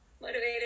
motivated